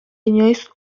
inoiz